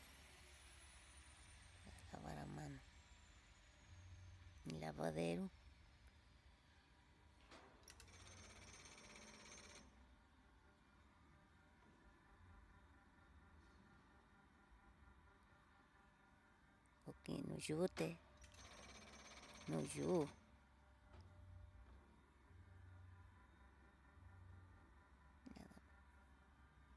lavar a mano lavadero, kukino yuté no yu'ú.